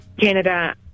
Canada